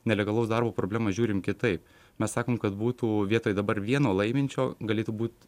nelegalaus darbo problemą žiūrim kitaip mes sakom kad būtų vietoj dabar vieno laiminčio galėtų būt